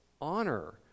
honor